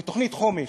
בתוכנית חומש,